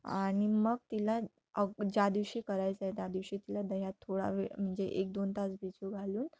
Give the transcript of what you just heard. आणि मग तिला अग ज्या दिवशी करायचं आहे त्या दिवशी तिला दह्यात थोडा वेळ म्हणजे एक दोन तास भिजू घालून